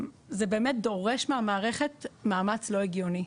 זה באמת דורש מהמערכת מאמץ לא הגיוני.